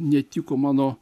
netiko mano